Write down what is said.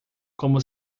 como